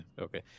okay